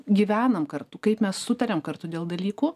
gyvenam kartu kaip mes sutariam kartu dėl dalykų